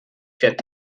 fertig